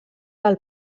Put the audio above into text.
del